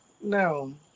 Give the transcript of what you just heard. no